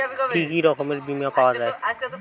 কি কি রকমের বিমা পাওয়া য়ায়?